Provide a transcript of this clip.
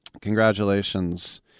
congratulations